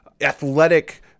athletic